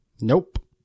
Nope